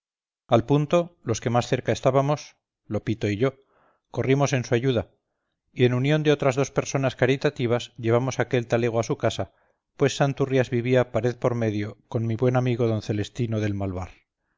al punto los que más cerca estábamos lopito y yo corrimos en su ayuda y en unión de otras dos personas caritativas llevamos aquel talego a su casa pues santurrias vivía pared por medio con mi buen amigo d celestino del malvar